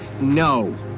no